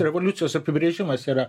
revoliucijos apibrėžimas yra